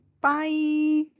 Bye